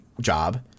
job